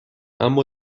اما